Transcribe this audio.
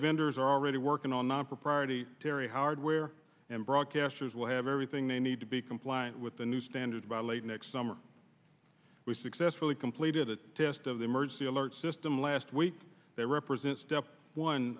vendors are already working on non propriety terry hardware and broadcasters will have everything they need to be compliant with the new standard by late next summer we successfully completed a test of the emergency alert system last week they represent step one